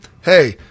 hey